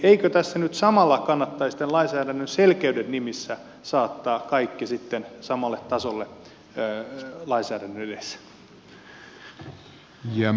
eikö tässä nyt samalla kannattaisi tämän lainsäädännön selkeyden nimissä saattaa kaikki sitten samalla tasolle lainsäädännön edessä